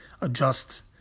adjust